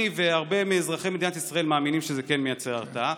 אני והרבה מאזרחי מדינת ישראל מאמינים שזה כן מייצר הרתעה.